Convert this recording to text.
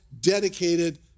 dedicated